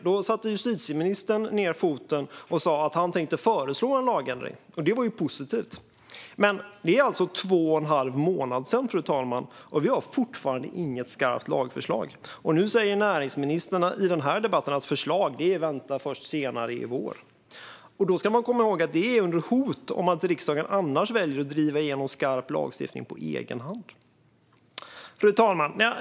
Då satte justitieministern ned foten och sa att han tänkte föreslå en lagändring. Det var positivt. Men det är två och en halv månad sedan, fru talman, och vi har fortfarande inget skarpt lagförslag. Nu säger näringsministern i denna debatt att förslag väntar först senare i vår. Då ska man komma ihåg att det är under hot om att riksdagen annars väljer att driva igenom skarp lagstiftning på egen hand. Fru talman!